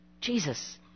Jesus